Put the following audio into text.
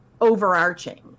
overarching